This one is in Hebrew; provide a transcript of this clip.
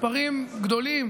מספרים גדולים